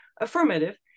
affirmative